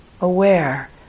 aware